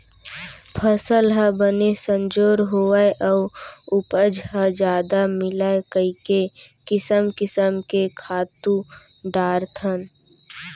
फसल ह बने संजोर होवय अउ उपज ह जादा मिलय कइके किसम किसम के खातू डारथन